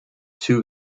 two